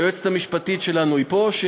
היועצת המשפטית שלנו, היא פה?